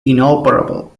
inoperable